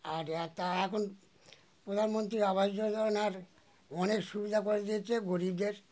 আর তা এখন প্রধানমন্ত্রী আবাস যোজনার অনেক সুবিধা করে দিয়েছে গরীবদের